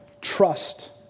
trust